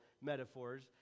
metaphors